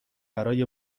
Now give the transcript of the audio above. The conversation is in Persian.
برای